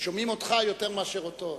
שומעים אותך יותר מאשר אותו.